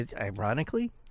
ironically